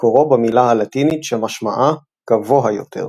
מקורו במילה הלטינית שמשמעה - "גבוה יותר".